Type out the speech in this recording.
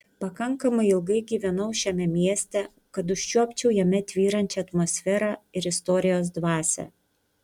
pakankamai ilgai gyvenau šiame mieste kad užčiuopčiau jame tvyrančią atmosferą ir istorijos dvasią